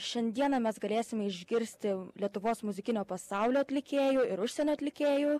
šiandieną mes galėsim išgirsti lietuvos muzikinio pasaulio atlikėjų ir užsienio atlikėjų